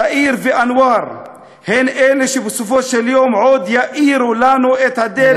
תאיר ואנואר הן אלו שבסופו של יום עוד יאירו לנו את הדרך,